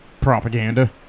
Propaganda